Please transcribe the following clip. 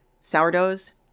sourdoughs